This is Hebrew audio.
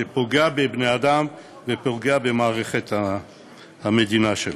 פוגע בבני-אדם ופוגע במערכת המדינה שלנו.